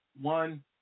one